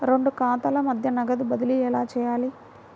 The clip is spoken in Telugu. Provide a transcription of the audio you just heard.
రెండు ఖాతాల మధ్య నగదు బదిలీ ఎలా చేయాలి?